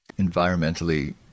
environmentally